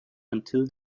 until